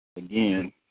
Again